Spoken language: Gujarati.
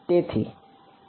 તેથી પી